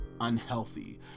unhealthy